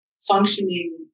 functioning